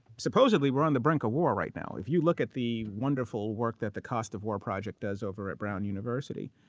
supposedly, we're on the brink of war right now. if you look at the wonderful work that the cost of war project does over at brown university,